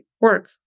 work